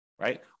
right